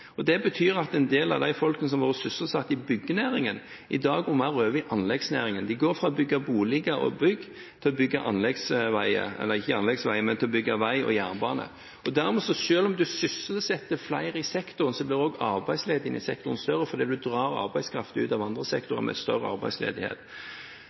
Det betyr at en del av de folkene som har vært sysselsatt i byggenæringen, i dag går mer over i anleggsnæringen. De går fra å bygge boliger og bygg til å bygge vei og jernbane. Dermed, selv om man sysselsetter flere i sektoren, blir også arbeidsledigheten i sektoren større fordi man drar arbeidskraft ut av andre